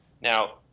Now